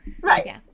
right